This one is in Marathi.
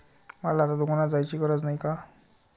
मला आता दुकानात जायची गरज नाही का?